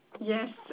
Yes